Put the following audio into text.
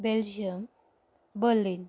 Belgium Berlin